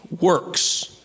works